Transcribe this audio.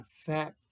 effect